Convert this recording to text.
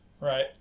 right